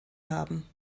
haben